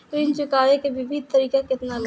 ऋण चुकावे के विभिन्न तरीका केतना बा?